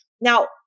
Now